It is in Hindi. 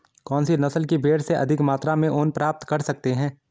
कौनसी नस्ल की भेड़ से अधिक मात्रा में ऊन प्राप्त कर सकते हैं?